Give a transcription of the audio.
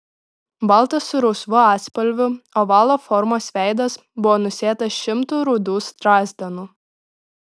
baltas su rausvu atspalviu ovalo formos veidas buvo nusėtas šimtų rudų strazdanų